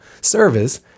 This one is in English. service